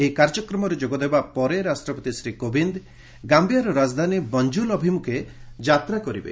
ଏହି କାର୍ଯ୍ୟକ୍ରମରେ ଯୋଗଦେବା ପରେ ରାଷ୍ଟ୍ରପତି ଶ୍ରୀ କୋବିନ୍ଦ ଗାୟିଆର ରାଜଧାନୀ ବଞ୍ଜୁଲ୍ ଅଭିମୁଖେ ଯାତ୍ରା କରିବେ